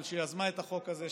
אבל שיזמה את החוק הזה,